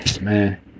man